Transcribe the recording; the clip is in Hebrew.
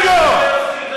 יעצת ליאסר ערפאת.